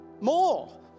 more